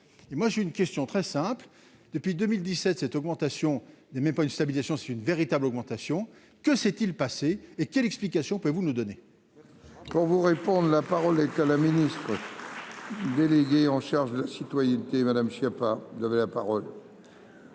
et moi j'ai une question très simple : depuis 2017, cette augmentation n'aimait pas une stabilisation, c'est une véritable augmentation que s'est-il passé et quelle explication pouvez-vous nous donner. Pour vous répondent : la parole est à la ministre déléguée. Charge de la citoyenneté Madame Schiappa vous avez la parole.